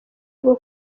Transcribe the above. rwo